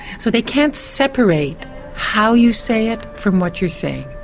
so they can't separate how you say it from what you're saying.